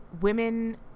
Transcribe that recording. Women